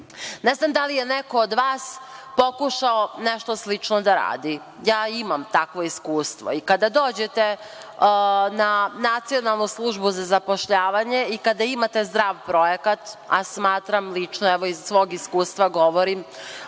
znam da li je neko od vas pokušao nešto slično da radi. Ja imam takvo iskustvo i kada dođete u Nacionalnu službu za zapošljavanje i kada imate zdrav projekat, a smatram lično, evo, iz svog iskustva govorim,